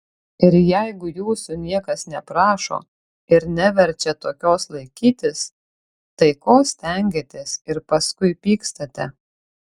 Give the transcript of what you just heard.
ir jeigu jūsų niekas neprašo ir neverčia tokios laikytis tai ko stengiatės ir paskui pykstate